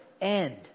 end